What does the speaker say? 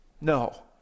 No